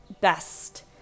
best